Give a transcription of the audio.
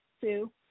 Sue